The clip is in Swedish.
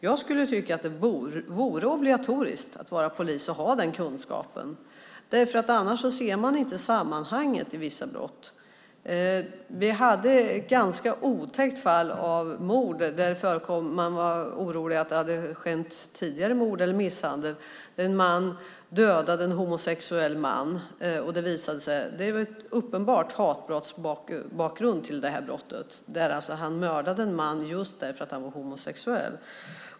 Jag tycker att det borde vara obligatoriskt som polis att ha den kunskapen, för annars ser man inte sammanhanget i vissa brott. Vi hade ett ganska otäckt fall av mord, och man var orolig för att det hade skett tidigare mord eller misshandel. En man dödade en homosexuell man. Det var uppenbart en hatbrottsbakgrund till brottet. Han mördade en man just därför att mannen var homosexuell.